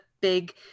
big